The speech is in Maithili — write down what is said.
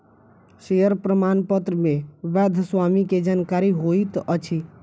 शेयर प्रमाणपत्र मे वैध स्वामी के जानकारी होइत अछि